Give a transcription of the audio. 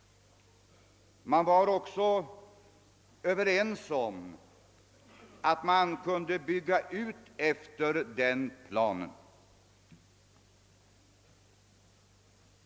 Man var också överens om, att utbyggnaden kunde ske efter den planen.